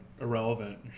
irrelevant